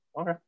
okay